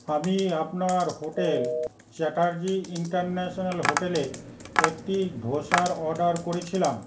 আমি আপনার hotel Chatterjee international হোটেলে একটি ধোসার অর্ডার করেছিলাম